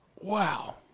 wow